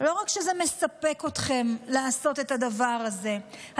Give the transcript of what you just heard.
לא רק שזה מספק אתכם לעשות את הדבר הזה,